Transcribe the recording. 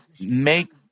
make